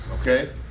okay